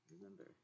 Remember